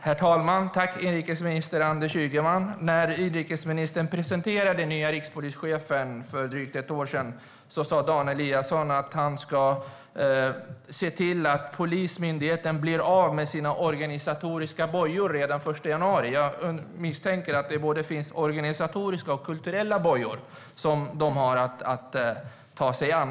Herr talman! Tack, inrikesminister Anders Ygeman! När inrikesministern presenterade den nya rikspolischefen för drygt ett år sedan sa Dan Eliasson att han ska se till att Polismyndigheten blir av med sina "organisatoriska bojor" redan den 1 januari. Jag misstänker att det finns både organisatoriska och kulturella bojor som polisen har att ta sig an.